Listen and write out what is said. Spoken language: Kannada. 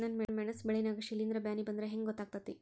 ನನ್ ಮೆಣಸ್ ಬೆಳಿ ನಾಗ ಶಿಲೇಂಧ್ರ ಬ್ಯಾನಿ ಬಂದ್ರ ಹೆಂಗ್ ಗೋತಾಗ್ತೆತಿ?